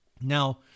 now